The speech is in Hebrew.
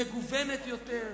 מגוונת יותר,